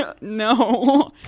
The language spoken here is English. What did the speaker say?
no